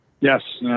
Yes